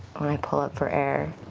when i pull up for air,